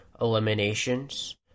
eliminations